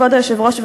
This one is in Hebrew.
כבוד היושבת-ראש,